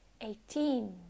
eighteen